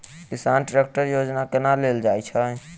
किसान ट्रैकटर योजना केना लेल जाय छै?